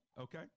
Okay